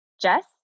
Jess